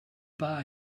bar